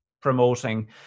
promoting